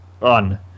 run